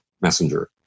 messenger